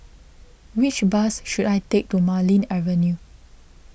which bus should I take to Marlene Avenue